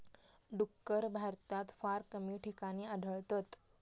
डुक्कर भारतात फार कमी ठिकाणी आढळतत